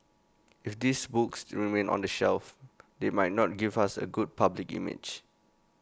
if these books remain on the shelf they might not give us A good public image